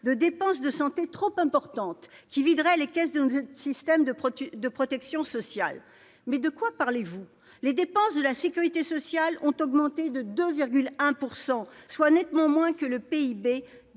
de dépenses de santé trop élevées, qui videraient les caisses de notre système de protection sociale. Mais de quoi parlez-vous ? Les dépenses de la sécurité sociale ont augmenté de 2,1 %, soit nettement moins que le PIB,